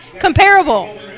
comparable